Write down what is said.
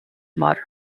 modern